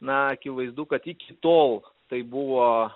na akivaizdu kad iki tol tai buvo